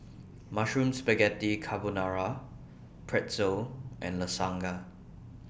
Mushroom Spaghetti Carbonara Pretzel and Lasagna S